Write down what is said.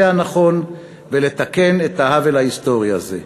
הנכון ולתקן את העוול ההיסטורי הזה.